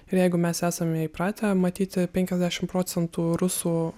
ir jeigu mes esame įpratę matyti penkiasdešimt procentų rusų